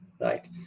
right